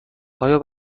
آیا